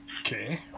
Okay